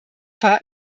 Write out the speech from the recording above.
far